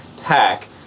pack